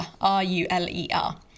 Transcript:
r-u-l-e-r